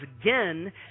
again